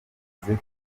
bitwaje